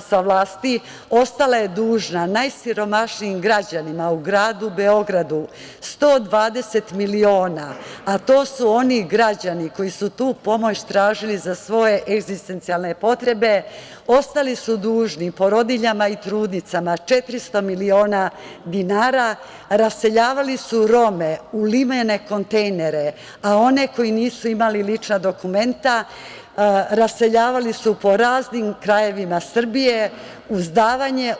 sa vlasti ostala dužna najsiromašnijim građanima u gradu Beogradu 120 miliona, a to su oni građani koji su tu pomoć tražili za svoje egzistencionalne potrebe, ostali su dužni porodiljama i trudnicama 400 miliona dinara, raseljavali su Rome u limene kontejnere, a one koji nisu imali lična dokumenta raseljavali su po raznim krajevima Srbije, uz davanje